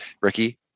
Ricky